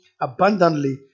abundantly